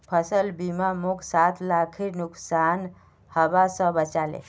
फसल बीमा मोक सात लाखेर नुकसान हबा स बचा ले